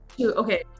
Okay